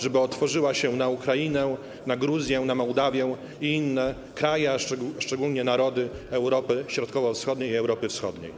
Żeby otworzyła się na Ukrainę, na Gruzję, na Mołdawię i inne kraje, a szczególnie narody Europy Środkowo-Wschodniej i Europy Wschodniej.